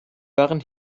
waren